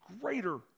greater